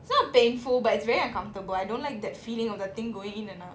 it's not painful but it's very uncomfortable I don't like that feeling of the thing going in and out